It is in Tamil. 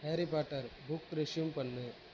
ஹாரி பாட்டர் புக் ரெஷ்யூம் பண்ணு